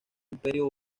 imperio